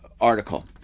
article